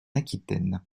aquitaine